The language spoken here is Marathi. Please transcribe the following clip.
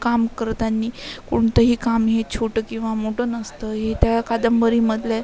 काम करताना कोणतंही काम हे छोटं किंवा मोठं नसतं हे त्या कादंबरीमधल्या